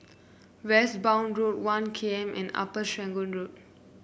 Westbourne Road One K M and Upper Serangoon Road